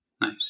Nice